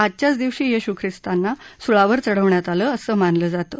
आजच्याच दिवशी येशू ख्रिस्तांना सुळावर चढवण्यात आलं असं मानलं जातं